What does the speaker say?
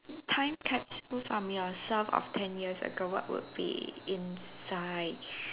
time capsule from yourself of ten years ago what would be inside